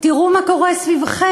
תראו מה קורה סביבכם,